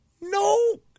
No